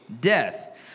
death